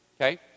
okay